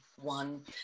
one